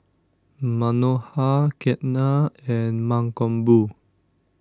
Manohar Ketna and Mankombu